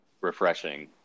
refreshing